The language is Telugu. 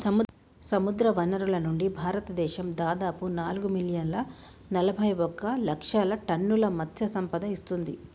సముద్రవనరుల నుండి, భారతదేశం దాదాపు నాలుగు మిలియన్ల నలబైఒక లక్షల టన్నుల మత్ససంపద ఇస్తుంది